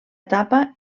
etapa